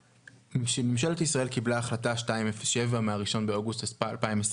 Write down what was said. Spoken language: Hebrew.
ממשלת ישראל קיבלה החלטה 207 מה-1 באוגוסט 2021,